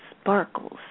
sparkles